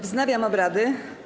Wznawiam obrady.